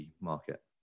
market